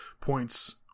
points